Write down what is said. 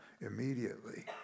immediately